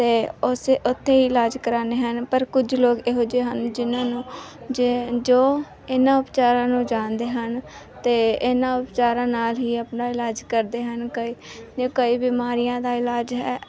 ਅਤੇ ਉਸੇ ਉੱਥੇ ਹੀ ਇਲਾਜ ਕਰਾਉਣੇ ਹਨ ਪਰ ਕੁਝ ਲੋਕ ਇਹੋ ਜਿਹੇ ਹਨ ਜਿਹਨਾਂ ਨੂੰ ਜੇ ਜੋ ਇਹਨਾਂ ਉਪਚਾਰਾਂ ਨੂੰ ਜਾਣਦੇ ਹਨ ਅਤੇ ਇਹਨਾਂ ਉਪਚਾਰਾਂ ਨਾਲ ਹੀ ਆਪਣਾ ਇਲਾਜ ਕਰਦੇ ਹਨ ਕਈ ਕਈ ਬਿਮਾਰੀਆਂ ਦਾ ਇਲਾਜ ਹੈ